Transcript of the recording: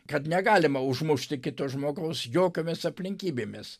kad negalima užmušti kito žmogaus jokiomis aplinkybėmis